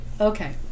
Okay